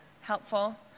Helpful